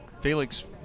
Felix